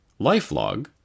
LifeLog